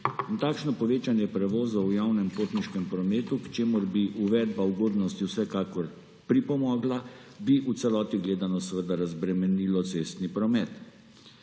takšno povečanje prevozov v javnem potniškem prometu, k čemur bi uvedba ugodnosti vsekakor pripomogla, bi v celoti gledano seveda razbremenilo cestni promet.